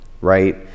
right